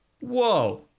Whoa